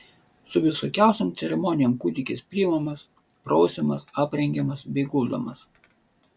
su visokiausiom ceremonijom kūdikis priimamas prausiamas aprengiamas bei guldomas